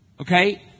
Okay